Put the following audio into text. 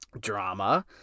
drama